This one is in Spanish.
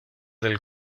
del